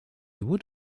would